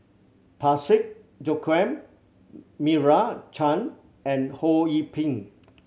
Parsick Joaquim Meira Chand and Ho Yee Ping